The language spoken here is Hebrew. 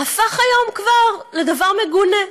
הפך היום לדבר מגונה.